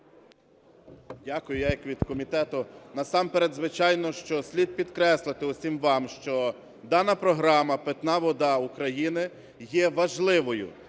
Дякую. Я як від комітету. Насамперед, звичайно, що слід підкреслити всім вам, що дана програма "Питна вода України" є важливою.